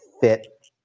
fit